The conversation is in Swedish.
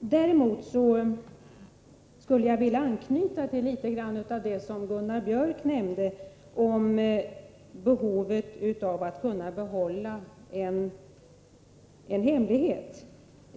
Däremot skulle jag vilja knyta an till det som Gunnar Biörck i Värmdö nämnde om vikten av att man kan behålla en hemlighet.